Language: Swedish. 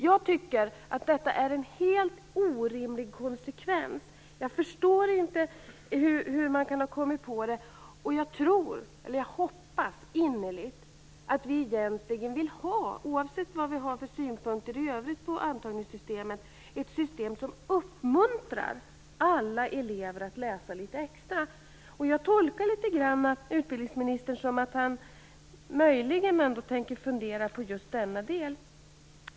Jag tycker att detta är en helt orimlig konsekvens. Jag förstår inte hur man kan ha kommit på det, och jag hoppas innerligt att vi egentligen, oavsett vad vi har för synpunkter i övrigt på antagningssystemet, vill ha ett system som uppmuntrar alla elever att läsa litet extra. Jag tolkar utbildningsministern så att han möjligen ändå tänker fundera på just denna fråga.